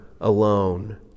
alone